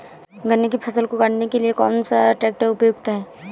गन्ने की फसल को काटने के लिए कौन सा ट्रैक्टर उपयुक्त है?